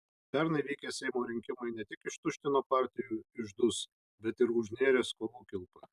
pernai vykę seimo rinkimai ne tik ištuštino partijų iždus bet ir užnėrė skolų kilpą